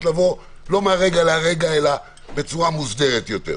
לבוא לא מהרגע להרגע אלא בצורה מוסדרת יותר.